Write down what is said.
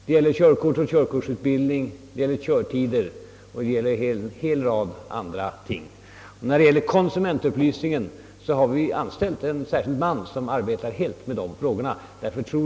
Det gäller körkort, körkortsutbildning, körtider och en hel rad andra frågor. Beträffande konsumentupplysningen har vi anställt en särskild man som arbetar helt med de frågorna.